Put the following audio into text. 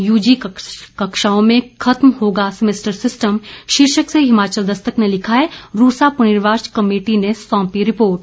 UG कक्षाओं में खत्म होगा सेमेस्टर सिस्टम शीर्षक से हिमाचल दस्तक ने लिखा है रूसा पुनर्विचार कमेटी ने सौंपी रिपोर्ट